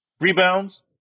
Rebounds